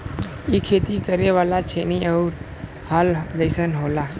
इ खेती करे वाला छेनी आउर हल जइसन होला